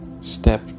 Step